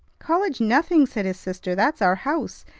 college nothing! said his sister. that's our house.